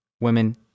women